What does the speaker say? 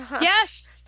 Yes